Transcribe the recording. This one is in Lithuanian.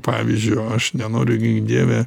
pavyzdžio aš nenoriu gink dieve